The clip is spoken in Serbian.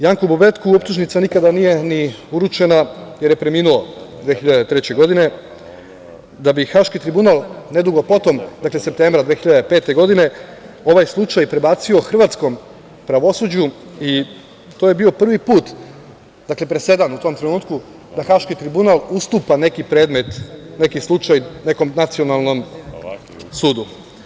Janku Bobetku optužnica nikada nije ni uručena jer je preminuo 2003. godine da bi Haški tribunal nedugo potom, dakle septembra 2005. godine ovaj slučaj prebacio hrvatskom pravosuđu i to je bio prvi put, presedan u tom trenutku, da Haški tribunal ustupa neki predmet, neki slučaj nekom nacionalnom sudu.